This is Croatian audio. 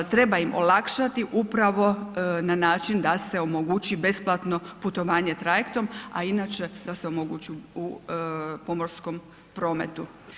Treba im olakšati upravo na način da se omogući besplatno putovanje trajektom a inače da se omogući u pomorskom prometu.